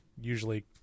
usually